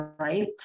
Right